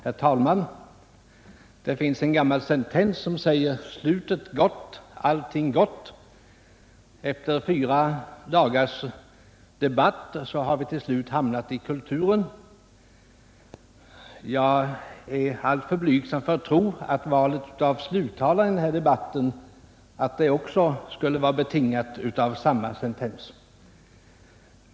Herr talman! Det finns en gammal sentens som lyder: ”Slutet gott, allting gott.” Efter fyra dagars debatt har vi till slut hamnat i kulturen. Jag är alltför blygsam att tro att även valet av sluttalare i denna debatt skulle vara betingat av samma sentens.